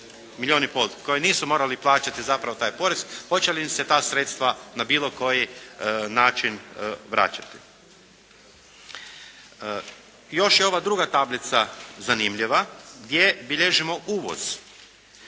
koji nisu morali plaćati zapravo taj porez, hoće li im se ta sredstva na bilo koji način vraćati. Još je ova druga tablica zanimljiva gdje bilježimo uvoz